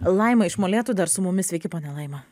laima iš molėtų dar su mumis sveiki ponia laima